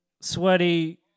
sweaty